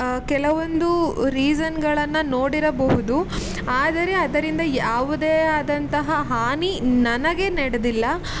ಕೆಲವೊಂದು ರೀಸನ್ಗಳನ್ನು ನೋಡಿರಬಹುದು ಆದರೆ ಅದರಿಂದ ಯಾವುದೇ ಆದಂತಹ ಹಾನಿ ನನಗೆ ನಡೆದಿಲ್ಲ